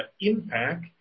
impact